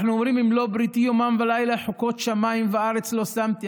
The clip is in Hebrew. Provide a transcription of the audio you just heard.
אנחנו אומרים "אם לא בריתי יומם ולילה חֻקות שמים וארץ לא שמתי".